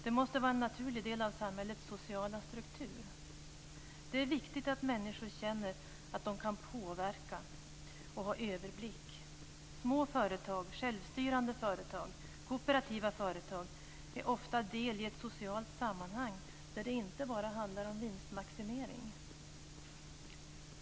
Det måste vara en naturlig del av samhällets sociala struktur. Det är viktigt att människor känner att de kan påverka och ha överblick. Småföretag, självstyrande företag och kooperativa företag är ofta del i ett socialt sammanhang, där det inte bara handlar om vinstmaximering.